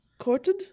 Courted